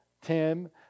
Tim